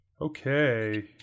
Okay